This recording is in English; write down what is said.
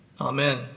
Amen